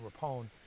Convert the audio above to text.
Rapone